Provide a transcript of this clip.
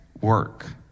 work